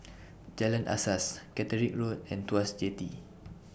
Jalan Asas Catterick Road and Tuas Jetty